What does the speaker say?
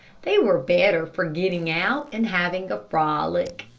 they were better for getting out and having a frolic.